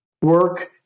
Work